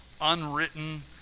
unwritten